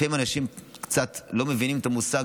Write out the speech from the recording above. לפעמים אנשים קצת לא מבינים את המושג.